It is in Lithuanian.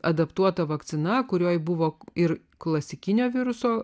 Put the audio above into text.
adaptuota vakcina kurioje buvo ir klasikinio viruso